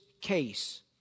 case